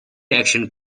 action